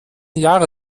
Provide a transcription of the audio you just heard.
jahre